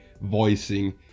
voicing